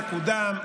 תקודם.